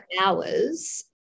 hours